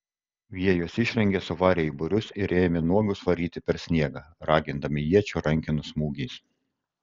jie juos išrengė suvarė į būrius ir ėmė nuogus varyti per sniegą ragindami iečių rankenų smūgiais